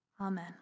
Amen